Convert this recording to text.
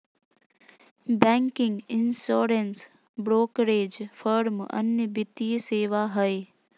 banking, insurance, brokerage firm अन्य वित्तीय सेवा हय